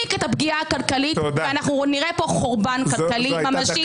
תעמיק את הפגיעה הכלכלית ואנחנו נראה פה חורבן כלכלי ממשי.